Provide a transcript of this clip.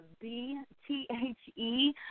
B-T-H-E